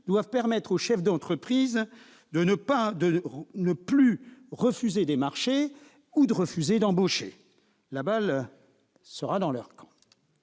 -doivent permettre aux chefs de petites entreprises de ne plus refuser ces marchés ou de ne plus refuser d'embaucher. La balle sera dans leur camp.